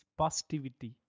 positivity